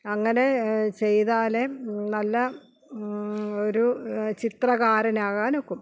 അങ്ങനെ ചെയ്താലേ നല്ല ഒരു ചിത്രകാരനാകാനൊക്കൂ